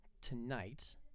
tonight